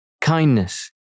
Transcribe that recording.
kindness